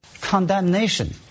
Condemnation